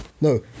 No